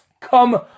come